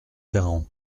ferrand